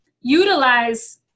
utilize